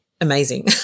Amazing